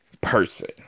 person